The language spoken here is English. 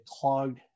clogged